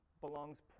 belongs